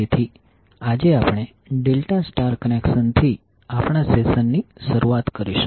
તેથી આજે આપણે ડેલ્ટા સ્ટાર કનેક્શનથી આપણા સેશનની શરૂઆત કરીશું